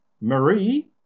Marie